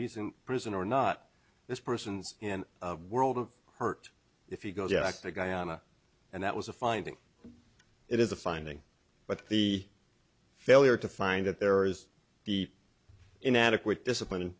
he's in prison or not this person's in world of hurt if he goes back to guyana and that was a finding it is a finding but the failure to find that there is the inadequate discipline